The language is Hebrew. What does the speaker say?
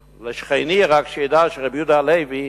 לשכני, רק שידע שרבי יהודה הלוי,